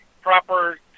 proper